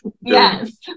Yes